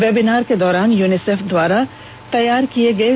webinar के दौरान UNICEF द्वारा तैयार किये गये